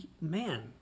Man